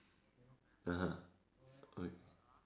(uh huh)